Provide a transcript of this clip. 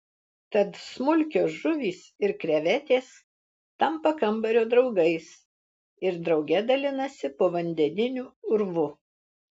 tad smulkios žuvys ir krevetės tampa kambario draugais ir drauge dalinasi povandeniniu urvu